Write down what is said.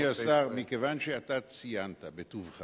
אדוני השר, מכיוון שאתה ציינת בטובך